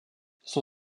son